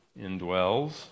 indwells